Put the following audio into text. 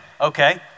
okay